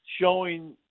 showing